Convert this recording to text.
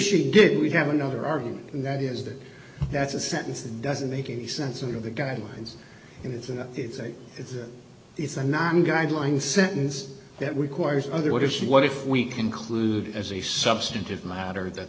she did we have another argument that is that that's a sentence and doesn't make any sense of the guidelines it's a it's a it's a it's a non guideline sentence that requires other what is what if we conclude as a substantive matter that